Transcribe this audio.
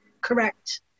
Correct